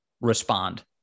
respond